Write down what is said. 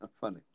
funny